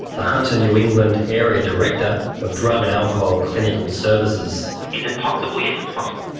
the hunter new england area director of drug and alcohol clinical services. is it possible? yes, it's possible.